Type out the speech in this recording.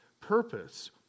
purpose